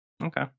Okay